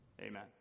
Amen